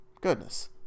Goodness